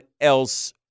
else